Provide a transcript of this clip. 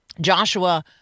Joshua